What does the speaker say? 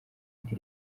nti